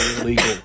illegal